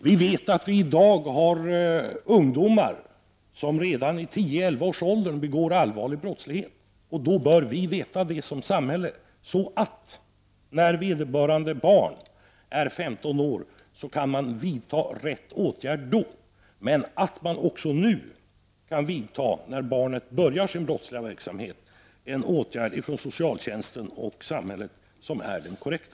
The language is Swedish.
Vi vet att det i dag finns ungdomar som redan vid 10—11 års ålder begår allvarliga brott. Då bör samhället få reda på detta för att man skall kunna vidta rätt åtgärder när vederbörande barn är 15 år. Men socialtjänsten och samhället skall också, när barnet börjar sin brottsliga verksamhet, kunna vidta den åtgärd som är den korrekta.